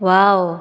wow